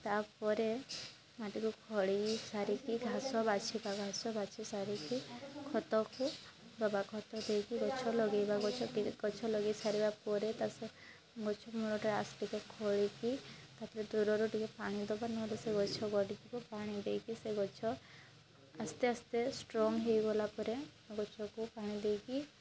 ତା'ପରେ ମାଟିକୁ ଖୋଳି ସାରିକି ଘାସ ବାଛିଦେବା ଘାସ ବାଛି ସାରିକି ଖତକୁ ଦେବା ଖତ ଦେଇକି ଗଛ ଲଗେଇବା ଗଛ ଗଛ ଲଗେଇ ସାରିବା ପରେ ତା ଗଛ ମୂଳରେ ଆସ୍ତେ ଖୋଳିକି ତା'ପରେ ଦୂରରୁ ଟିକେ ପାଣି ଦେବା ନହେଲେ ସେ ଗଛ ଗଡ଼ିଯିବ ପାଣି ଦେଇକି ସେ ଗଛ ଆସ୍ତେ ଆସ୍ତେ ଷ୍ଟ୍ରଙ୍ଗ୍ ହୋଇଗଲା ପରେ ଗଛକୁ ପାଣି ଦେଇକି